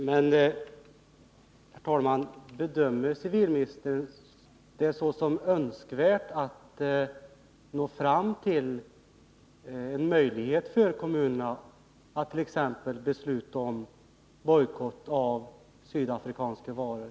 Herr talman! Bedömer civilministern det som önskvärt att nå fram till en möjlighet för kommunerna att t.ex. besluta om bojkott av sydafrikanska varor?